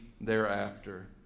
thereafter